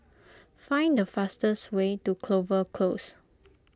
find the fastest way to Clover Close